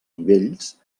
nivells